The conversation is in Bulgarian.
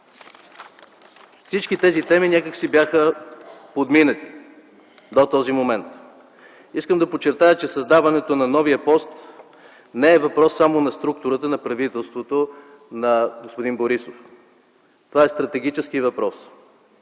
Всички тези теми някак си бяха подминати до този момент. Искам да подчертая, че създаването на новия пост не е въпрос само на структурата на правителството на господин Борисов. Това е стратегически въпрос: